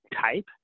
type